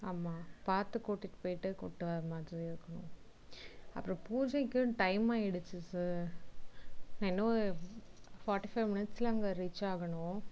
ஆமாம் பார்த்து கூட்டிகிட்டு போயிட்டு கூட்டி வர மாதிரி இருக்கணும் அப்புறம் பூஜைக்கும் டைம் ஆயிடுத்து சார் நான் இன்னும் ஃபார்ட்டி ஃபைவ் மினிட்ஸில் அங்கே ரீச் ஆகணும்